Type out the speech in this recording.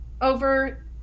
over